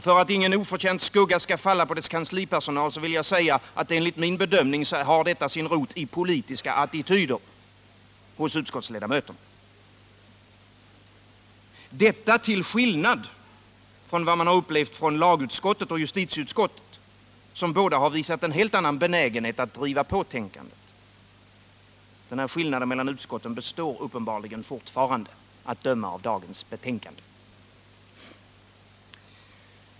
För att ingen oförtjänt skugga skall falla på dess kanslipersonal vill jag säga att detta enligt min bedömning har sin rot i. politiska attityder hos utskottets ledamöter — detta till skillnad från lagoch justitieutskotten, som visat en annan benägenhet att driva på tänkandet. Denna skillnad består fortfarande, att döma av dagens betänkande.